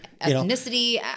ethnicity